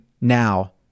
now